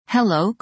Hello